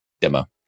demo